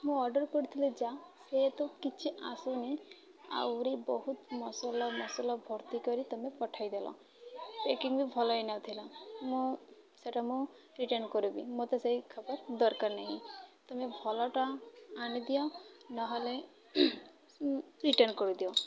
ମୁଁ ଅର୍ଡ଼ର କରିଥିଲି ଯାହା ସେଇଟା କିଛି ଆସିନି ଆହୁରି ବହୁତ ମସଲା ମସଲା ଭର୍ତ୍ତି କରି ତୁମେ ପଠାଇଦେଲ ପ୍ୟାକିଂ ବି ଭଲ ହେଇନଥିଲା ମୁଁ ସେଟା ମୁଁ ରିଟର୍ଣ୍ଣ କରିବି ମୋତେ ସେଇ ଖାଦ୍ୟ ଦରକାର ନାହିଁ ତୁମେ ଭଲଟା ଆଣିଦିଅ ନହେଲେ ରିଟର୍ଣ୍ଣ କରିଦିଅ